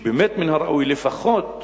שבאמת מן הראוי, לפחות